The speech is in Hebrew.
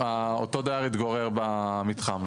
אותו דייר התגורר במתחם,